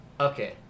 Okay